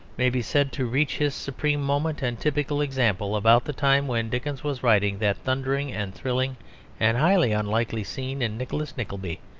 may be said to reach his supreme moment and typical example about the time when dickens was writing that thundering and thrilling and highly unlikely scene in nicholas nickleby,